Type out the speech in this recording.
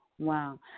Wow